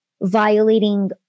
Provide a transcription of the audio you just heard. violating